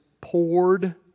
poured